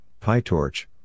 PyTorch